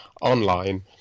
online